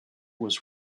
was